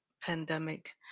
pandemic